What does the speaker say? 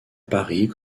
paris